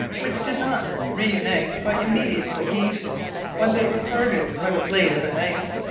which did not reunite by immediate cohesion when they were parted by the blade of a knife!